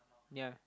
ya